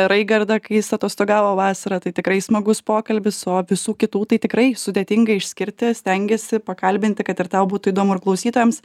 raigardą kai jis atostogavo vasarą tai tikrai smagus pokalbis o visų kitų tai tikrai sudėtinga išskirti stengiesi pakalbinti kad ir tau būtų įdomu ir klausytojams